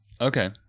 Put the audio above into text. Okay